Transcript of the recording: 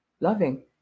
Loving